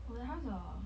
oh ya how's your